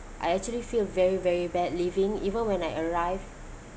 I actually feel very very bad leaving even when I arrived